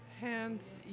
hands